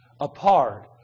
apart